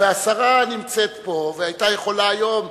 והשרה נמצאת פה, והיתה יכולה היום,